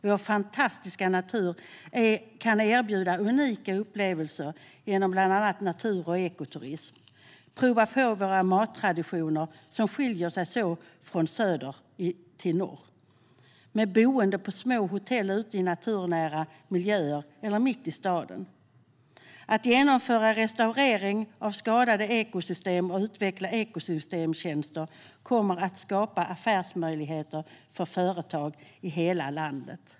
Vår fantastiska natur kan erbjuda unika upplevelser genom bland annat natur och ekoturism och att få prova på våra mattraditioner, som skiljer sig så från söder till norr, med boende på små hotell ute i naturnära miljöer eller mitt i staden. Att genomföra restaurering av skadade ekosystem och utveckla ekosystemtjänster kommer att skapa affärsmöjligheter för företag i hela landet.